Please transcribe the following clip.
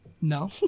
No